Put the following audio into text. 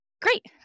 Great